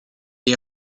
est